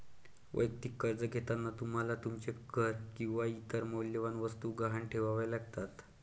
वैयक्तिक कर्ज घेताना तुम्हाला तुमचे घर किंवा इतर मौल्यवान वस्तू गहाण ठेवाव्या लागतात